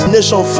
nation